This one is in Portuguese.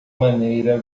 maneira